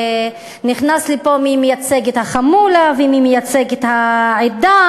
ונכנס לפה מי מייצג את החמולה ומי מייצג את העדה.